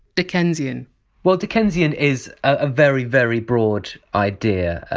dickensian well, dickensian is a very very broad idea.